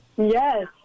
Yes